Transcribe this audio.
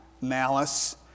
malice